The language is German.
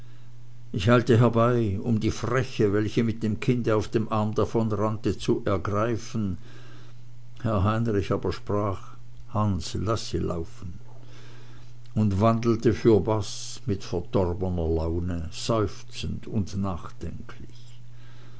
ich eilte herbei um die freche welche mit dem kinde auf dem arme davonrannte zu ergreifen herr heinrich aber sprach hans laß sie laufen und wandelte fürbaß mit verdorbener laune seufzend und nachdenklich